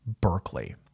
Berkeley